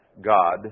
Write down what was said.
God